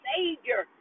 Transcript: Savior